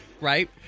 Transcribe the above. Right